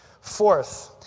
Fourth